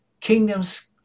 kingdoms